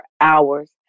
hours